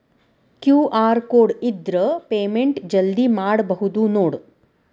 QR code ಇದ್ರ payment ಜಲ್ದಿ ಮಾಡಬಹುದು ನೋಡ್